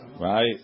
right